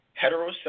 heterosexual